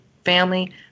family